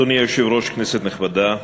אדוני היושב-ראש, כנסת נכבדה,